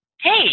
Hey